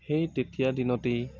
সেই তেতিয়া দিনতেই